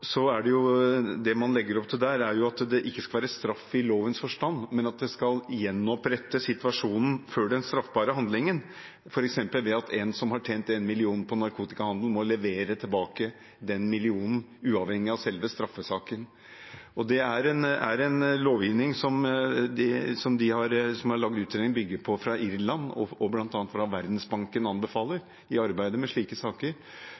legger man der opp til at det ikke skal være straff i lovens forstand, men at det skal gjenopprette situasjonen før den straffbare handlingen, f.eks. ved at en som har tjent 1 mill. kr på narkotikahandel, må levere tilbake den millionen uavhengig av selve straffesaken. Det er en lovgivning hvor de som har lagd utredningen, bygger på erfaringer fra Irland, og som bl.a. Verdensbanken anbefaler i arbeidet med slike saker.